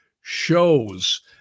shows